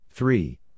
Three